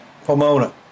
Pomona